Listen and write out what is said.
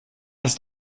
ist